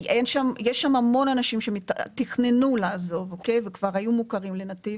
שם המון אנשים שתכננו לעזוב וכבר היו מוכרים לנתיב.